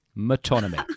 metonymy